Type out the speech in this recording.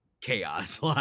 chaos